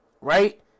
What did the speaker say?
right